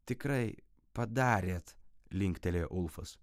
tikrai padarėt linktelėjo ulfas